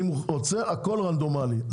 אני רוצה הכול רנדומלי,